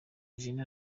angelina